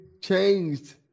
changed